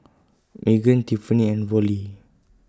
Meaghan Tiffani and Vollie